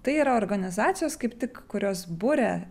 tai yra organizacijos kaip tik kurios buria